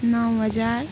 नौ हजार